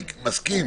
אני מסכים